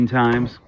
times